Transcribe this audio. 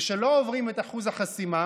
ושלא עוברים את אחוז החסימה,